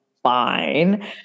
Fine